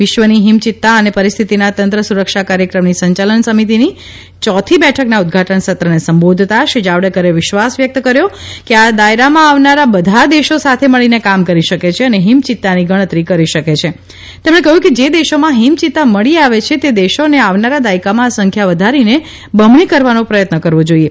વિશ્વની હિમ ચિત્તા અને પરિસ્થિતિના તંત્ર સુરક્ષા કાર્યક્રમની સંચાલન સમિતિની ચોથી બેઠકના ઉદ્વાટન સત્રને સંબોધતા શ્રી જાવડેકરે વિશ્વાસ વ્યક્ત કર્યો કે આ દાયરામાં આવનારા બધા દેશો સાથે મળીને કામ કરી શકે છે અને હિમ ચિત્તાની ગણતરી કરી શકે છે તેમણે કહ્યું કે જે દેશોમાં હિમ ચિત્તા મળી આવે છે તે દેશોએ આવનારા દાયકામાં આ સંખ્યા વધારીને બમણી કરવાનો પ્રયત્ન કરવો જોઈએ